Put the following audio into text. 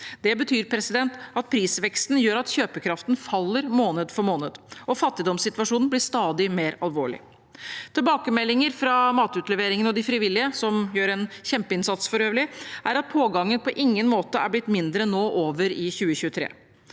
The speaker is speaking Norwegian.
Det betyr at prisveksten gjør at kjøpekraften faller måned for måned, og fattigdomssituasjonen blir stadig mer alvorlig. Tilbakemeldinger fra matutleveringene og de frivillige, som for øvrig gjør en kjempeinnsats, er at pågangen på ingen måte er blitt mindre nå i 2023.